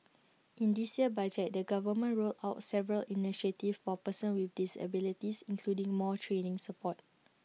in this year's budget the government rolled out several initiatives for persons with disabilities including more training support